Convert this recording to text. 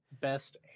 Best